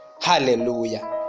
Hallelujah